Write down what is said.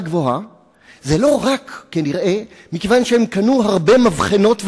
זה לא רק מכיוון שהם קנו הרבה מבחנות וצנטריפוגות,